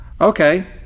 Okay